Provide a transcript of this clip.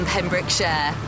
Pembrokeshire